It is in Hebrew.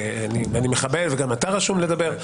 וגם אתה רשום לדבר.